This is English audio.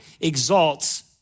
exalts